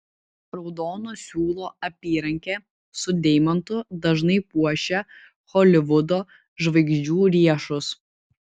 raudono siūlo apyrankė su deimantu dažnai puošia holivudo žvaigždžių riešus